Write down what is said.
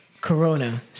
Corona